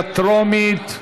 בקריאה טרומית.